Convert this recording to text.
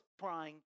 trying